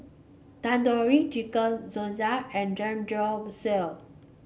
Tandoori Chicken Gyoza and Samgyeopsal